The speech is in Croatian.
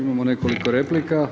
Imamo nekoliko replika.